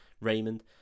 Raymond